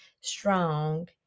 strong